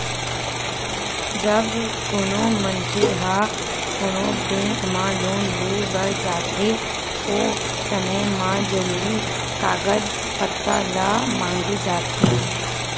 जब कोनो मनखे ह कोनो बेंक म लोन लेय बर जाथे ओ समे म जरुरी कागज पत्तर ल मांगे जाथे